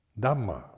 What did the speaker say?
Dhamma